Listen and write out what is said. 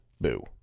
Boo